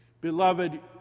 Beloved